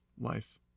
life